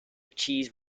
cheese